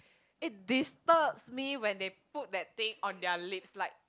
it disturbs me when they put that thing on their lips like